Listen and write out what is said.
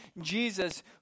Jesus